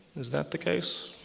is that the case?